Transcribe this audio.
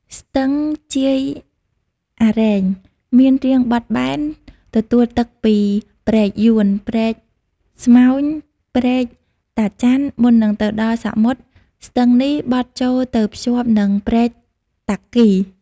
ស្ទឹងជាយអារែង មានរាងបត់បែន ទទួលទឹកពីព្រែកយួន ព្រែកស្មោញ ព្រែកតាចាន់ មុននឹងទៅដល់សមុទ្រ ស្ទឹងនេះបត់ចូលទៅភ្ជាប់នឹងព្រែកតាគី។